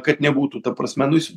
kad nebūtų ta prasme nu jis